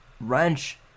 wrench